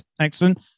excellent